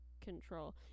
control